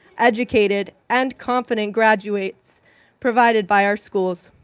educated, and confident graduates provided by our schools.